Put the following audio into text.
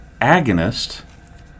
agonist